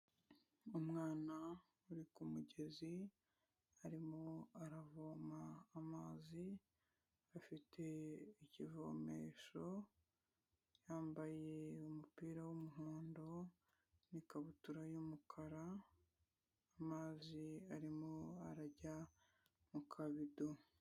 Umwana uri ku mugezi arimo aravoma amazi, afite ikivomesho yambaye umupira w'umuhondo n'ikabutura y'umukara amazi arimo arajya mu kabido.